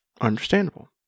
understandable